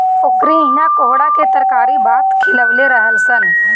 ओकरी इहा कोहड़ा के तरकारी भात खिअवले रहलअ सअ